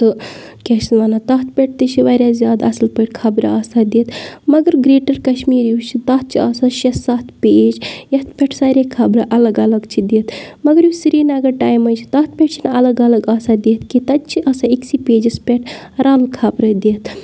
تہٕ کیٛاہ چھِ اَتھ وَنان تَتھ پٮ۪ٹھ تہِ چھِ واریاہ زیادٕ اَصٕل پٲٹھۍ خبرٕ آسان دِتھ مَگر گرٛیٹَر کَشمیٖر یُس چھِ تَتھ چھِ آسان شےٚ سَتھ پیج یَتھ پٮ۪ٹھ سارے خبرٕ اَلگ اَلگ چھِ دِتھ مَگر یُس سریٖنَگر ٹایمٕز چھِ تَتھ پٮ۪ٹھ چھِنہٕ اَلگ اَلگ آسان دِتھ کینٛہہ تَتہِ چھِ آسان أکۍسٕے پیجَس پٮ۪ٹھ رَل خبرٕ دِتھ